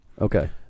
Okay